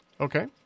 okay